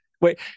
wait